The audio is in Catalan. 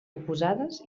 oposades